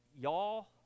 Y'all